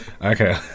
Okay